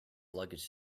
luggage